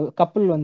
couple